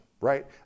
right